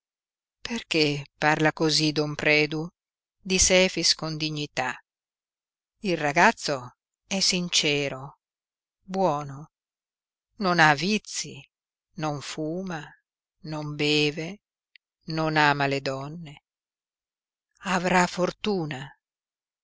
perché parla cosí don predu disse efix con dignità il ragazzo è sincero buono non ha vizi non fuma non beve non ama le donne avrà fortuna